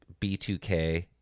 B2K